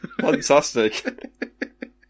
Fantastic